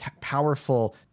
powerful